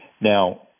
Now